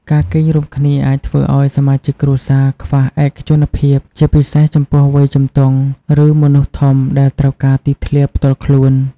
ការគេងរួមគ្នាអាចធ្វើឱ្យសមាជិកគ្រួសារខ្វះ ឯកជនភាព ជាពិសេសចំពោះវ័យជំទង់ ឬមនុស្សធំដែលត្រូវការទីធ្លាផ្ទាល់ខ្លួន។